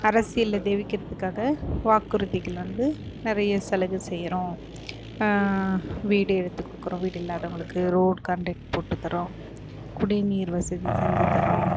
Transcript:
அரசியலில் தெவிக்கிறதுக்காக வாக்குறுதிகள் வந்து நிறைய சலுகை செய்கிறோம் வீடு எடுத்துக்கொடுக்குறோம் வீடு இல்லாதவங்களுக்கு ரோடு கான்ட்ரேக்ட் போட்டுத்தரோம் குடிநீர் வசதி செஞ்சுத் தரோம்